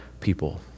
people